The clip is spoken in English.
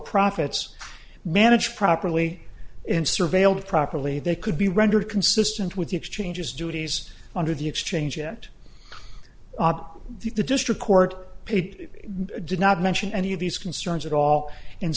profits managed properly and surveilled properly they could be rendered consistent with the exchanges duties under the exchange and ah the district court it did not mention any of these concerns at all and